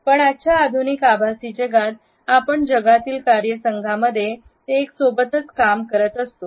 पण आजच्या आधुनिक आभासी जगात आपण जगातील कार्य संघामध्ये ते एक सोबतच काम करत असतो